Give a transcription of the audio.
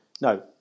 no